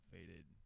Faded